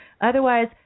Otherwise